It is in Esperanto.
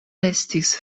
estis